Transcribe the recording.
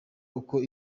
uko